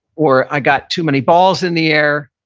or i got too many balls in the air.